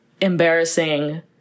embarrassing